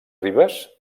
ribes